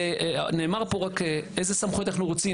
נאמר פה איזה סמכויות אנחנו רוצים,